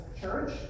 church